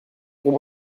pour